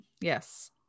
Yes